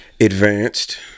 advanced